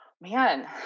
Man